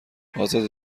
ازاده